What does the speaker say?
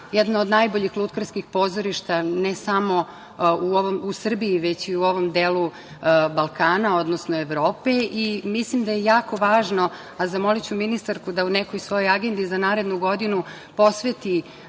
jednu od najboljih lutkarskih pozorišta ne samo u Srbiji, već i u ovom delu Balkana, odnosno Evrope i mislim da je jako važno, a zamoliću ministarku da u nekoj svojoj agendi za narednu godinu posveti